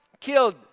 killed